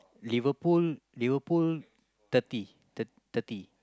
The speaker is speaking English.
Liverpool Liverpool thirty thir~ thirty